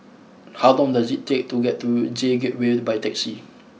how long does it take to get to J Gateway by taxi